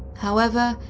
however,